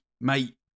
Mate